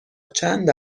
چند